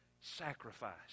sacrifice